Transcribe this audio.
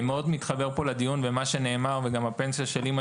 אני מאוד מתחבר פה לדיון ולכל מה שנאמר בו וגם הפנסיה של אמא